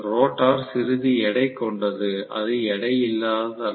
rotor சிறிது எடை கொண்டது அது எடை இல்லாதது அல்ல